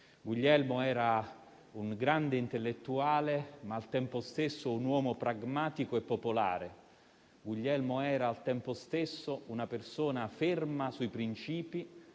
Guglielmo era un grande intellettuale, ma al tempo stesso un uomo pragmatico e popolare. Guglielmo era al tempo stesso una persona ferma sui principi,